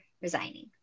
resigning